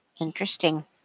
Interesting